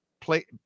play